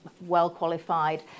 well-qualified